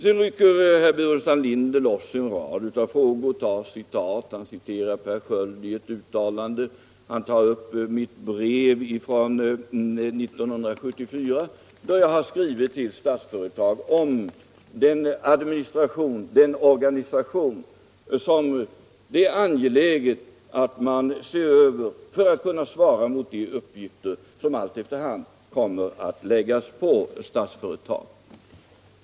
Sedan ryckte herr Burenstam Linder loss en rad frågor och citerade bl.a. herr Skölds uttalande. Han tog också upp mitt brev från 1974, där jag skrev till Statsföretag om angelägenheten av att se över organisationen för att kunna svara mot de uppgifter som efter hand kommer att läggas på Statsföretag.